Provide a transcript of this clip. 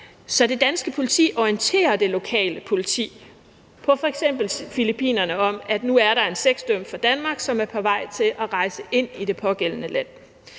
af børn, at orientere det lokale politi om, at nu er der en sexdømt fra Danmark, som er på vej til at rejse ind i det pågældende land.